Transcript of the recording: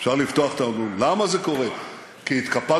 אפשר לפתוח, למה זה קורה, כי התקפלנו?